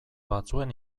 batzuen